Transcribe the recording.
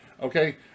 okay